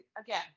again